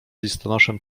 listonoszem